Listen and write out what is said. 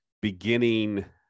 beginning